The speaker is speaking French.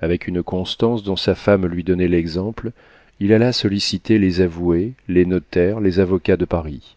avec une constance dont sa femme lui donnait l'exemple il alla solliciter les avoués les notaires les avocats de paris